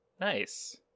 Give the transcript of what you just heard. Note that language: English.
nice